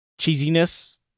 cheesiness